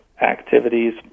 activities